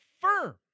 firm